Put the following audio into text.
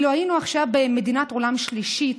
אילו היינו עכשיו במדינת עולם שלישי,